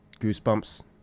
goosebumps